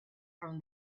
from